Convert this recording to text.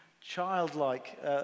childlike